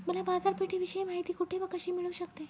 मला बाजारपेठेची माहिती कुठे व कशी मिळू शकते?